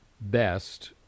best